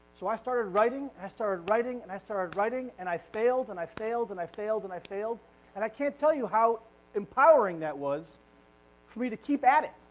so i started writing and i started writing and i started writing and i failed and i failed and i failed and i failed and i can't tell you how empowering that was for me to keep at it.